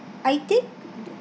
I did